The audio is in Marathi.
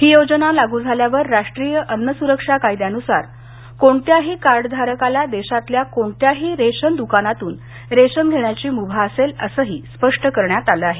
ही योजना लागू झाल्यावर राष्ट्रीय अन्न सुरक्षा कायद्यानुसार कोणत्याही कार्ड धारकाला देशातल्या कोणत्याही रेशन द्कानातून रेशन घेण्याची मुभा असेल असंही स्पष्ट करण्यात आलं आहे